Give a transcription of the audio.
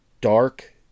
dark